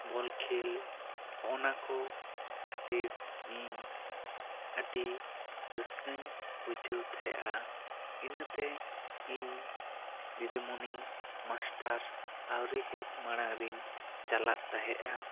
ᱵᱚᱞ ᱠᱷᱮᱞ ᱚᱱᱟ ᱠᱚ ᱠᱷᱟᱹᱛᱤᱨ ᱤᱧ ᱟᱹᱰᱤ ᱨᱟᱹᱥᱠᱟᱹᱧ ᱵᱩᱡᱷᱟᱹᱣ ᱛᱟᱦᱮᱸᱜᱼᱟ ᱤᱱᱟᱹᱛᱮ ᱤᱧ ᱫᱤᱫᱤ ᱢᱩᱱᱤ ᱢᱟᱥᱴᱟᱨ ᱟ ᱣᱨᱤ ᱦᱮᱡ ᱢᱟᱲᱟᱝ ᱨᱤᱧ ᱪᱟᱞᱟᱜ ᱛᱟᱦᱮᱸᱜᱼᱟ